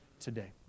today